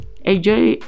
enjoy